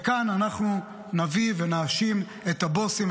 וכאן אנחנו נביא ונאשים את הבוסים,